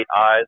eyes